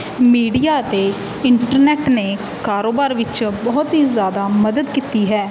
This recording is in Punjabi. ਮੀਡੀਆ ਅਤੇ ਇੰਟਰਨੈਟ ਨੇ ਕਾਰੋਬਾਰ ਵਿੱਚ ਬਹੁਤ ਹੀ ਜ਼ਿਆਦਾ ਮਦਦ ਕੀਤੀ ਹੈ